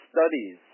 studies